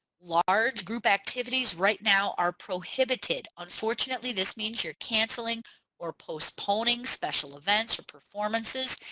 large group activities right now are prohibited unfortunately this means you're cancelling or postponing special events or performances.